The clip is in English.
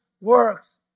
works